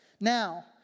now